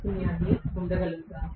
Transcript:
పున్యాన్ని పొందగలుగుతాను